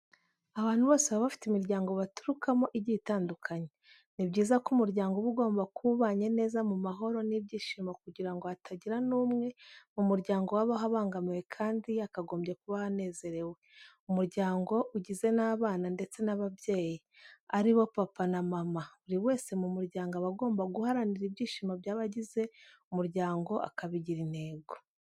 Abantu bose baba bafite imiryango baturukamo igiye itandukanye. Ni byiza ko umuryango uba ugomba kuba ubanye neza mu mahoro n'ibyishimo kugira ngo hatagira n'umwe mu muryango wabaho abangamiwe kandi yakagombye kubaho anezerewe. Umuryango ugize n'abana ndetse n'abayeyi, ari bo papa na mama. Buri wese mu muryango aba agomba guharanira ibyishimo by'abagize umuryango akabigira intego.